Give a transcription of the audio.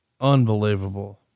Unbelievable